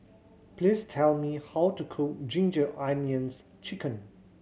please tell me how to cook Ginger Onions Chicken